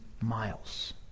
miles